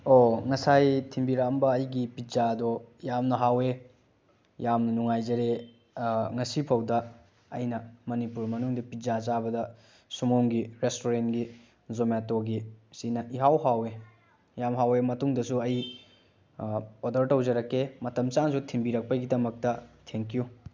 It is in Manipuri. ꯑꯣ ꯉꯁꯥꯏ ꯊꯤꯟꯕꯤꯔꯛꯑꯝꯕ ꯑꯩꯒꯤ ꯄꯤꯖꯥꯗꯣ ꯌꯥꯝꯅ ꯍꯥꯎꯑꯦ ꯌꯥꯝꯅ ꯅꯨꯡꯉꯥꯏꯖꯔꯦ ꯉꯁꯤꯐꯥꯎꯗ ꯑꯩꯅ ꯃꯅꯤꯄꯨꯔ ꯃꯅꯨꯡꯗ ꯄꯤꯖꯥ ꯆꯥꯕꯗ ꯁꯨꯃꯣꯝꯒꯤ ꯔꯦꯁꯇꯨꯔꯦꯟꯒꯤ ꯖꯣꯃꯥꯇꯣꯒꯤꯁꯤꯅ ꯏꯍꯥꯎ ꯍꯥꯎꯑꯦ ꯌꯥꯝ ꯍꯥꯎꯑꯦ ꯃꯇꯨꯡꯗꯁꯨ ꯑꯩ ꯑꯣꯔꯗꯔ ꯇꯧꯖꯔꯛꯀꯦ ꯃꯇꯝ ꯆꯥꯅꯁꯨ ꯊꯤꯟꯕꯤꯔꯛꯄꯒꯤꯗꯃꯛꯇ ꯊꯦꯡꯀ꯭ꯌꯨ